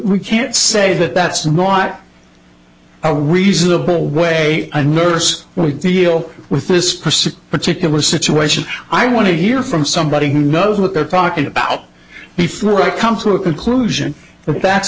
we can't say that that's not a reasonable way a nurse will deal with this pursuit particular situation i want to hear from somebody who knows what they're talking about before i come to a conclusion